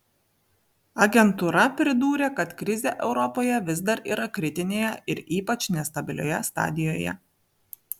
agentūra pridūrė kad krizė europoje vis dar yra kritinėje ir ypač nestabilioje stadijoje